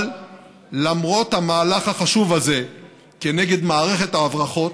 אבל למרות המהלך החשוב הזה כנגד מערכת ההברחות,